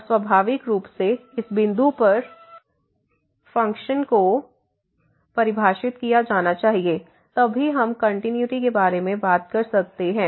और स्वाभाविक रूप से इस बिंदु पर फ़ंक्शन को परिभाषित किया जाना चाहिए तभी हम कंटिन्यूटी के बारे में बात कर सकते हैं